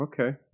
okay